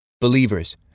Believers